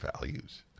values